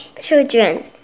children